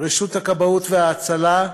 רשות הכבאות וההצלה,